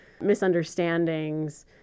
misunderstandings